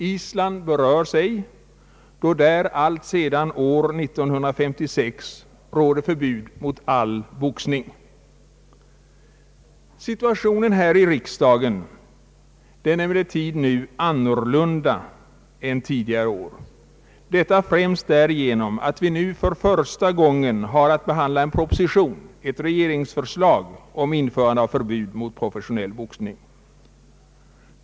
Island berörs ej, då där alltsedan år 1956 råder förbud mot all boxning. Situationen här i riksdagen är alltså nu en annan än tidigare år, och detta främst därigenom att vi nu för första gången har att behandla en proposition, ett regeringsförslag om införande av förbud mot professionell boxning.